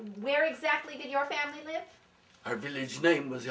where exactly did your family live our village name was